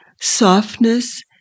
softness